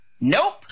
Nope